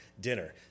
dinner